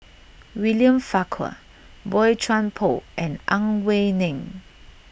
William Farquhar Boey Chuan Poh and Ang Wei Neng